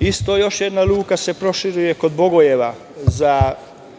Takođe, još jedna luka se proširuje kod Bogojeva za